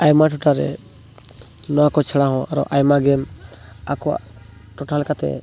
ᱟᱭᱢᱟ ᱴᱚᱴᱷᱟᱨᱮ ᱱᱚᱣᱟᱠᱚ ᱪᱷᱟᱲᱟᱦᱚᱸ ᱟᱨᱚ ᱟᱭᱢᱟ ᱜᱮᱢ ᱟᱠᱚᱣᱟᱜ ᱴᱚᱴᱷᱟ ᱞᱮᱠᱟᱛᱮ